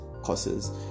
courses